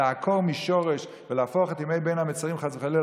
לעקור משורש ולהפוך את ימי בין המצרים חס וחלילה,